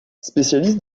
spécialiste